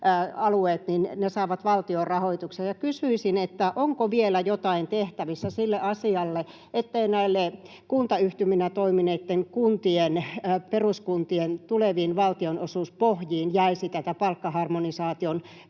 saavat valtion rahoituksen. Kysyisin: onko vielä jotain tehtävissä sille asialle, ettei kuntayhtyminä toimineitten peruskuntien tuleviin valtionosuuspohjiin jäisi tätä palkkaharmonisaation